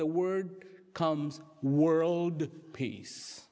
the word comes world peace